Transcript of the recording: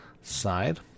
side